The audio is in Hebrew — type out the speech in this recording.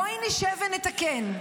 בואי נשב ונתקן,